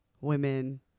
Women